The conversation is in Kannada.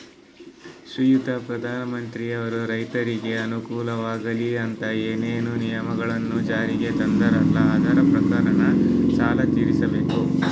ಶ್ರೀಯುತ ಪ್ರಧಾನಮಂತ್ರಿಯವರು ರೈತರಿಗೆ ಅನುಕೂಲವಾಗಲಿ ಅಂತ ಏನೇನು ನಿಯಮಗಳನ್ನು ಜಾರಿಗೆ ತಂದಾರಲ್ಲ ಅದರ ಪ್ರಕಾರನ ಸಾಲ ತೀರಿಸಬೇಕಾ?